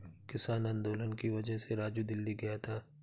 किसान आंदोलन की वजह से राजू दिल्ली गया था